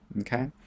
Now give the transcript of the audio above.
Okay